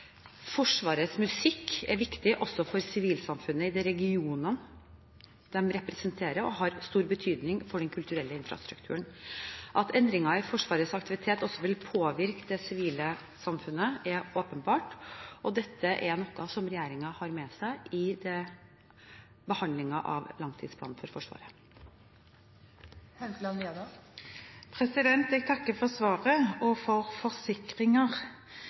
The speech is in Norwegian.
Forsvarets musikk er viktig også for sivilsamfunnet i de regionene de representerer, og har stor betydning for den kulturelle infrastrukturen. At endringer i Forsvarets aktivitet også vil påvirke det sivile samfunnet, er åpenbart, og dette er noe som regjeringen har med seg i behandlingen av langtidsplanen for Forsvaret. Jeg takker for svaret og for forsikringer.